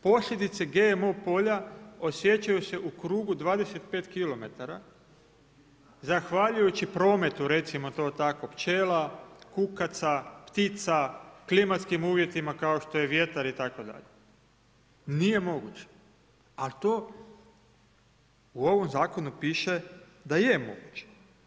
Posljedice GMO polja osjećaju se u krugu 25km, zahvaljujući prometu recimo to tako, pčela, kukaca, ptica, klimatskim uvjetima kao što je vjetar itd. nije moguće, a to u ovom zakonu piše da je moguće.